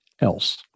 else